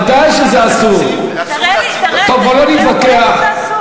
אדוני היושב-ראש, זה לא משהו שהיא הביאה מהבית.